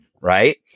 right